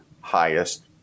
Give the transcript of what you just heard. highest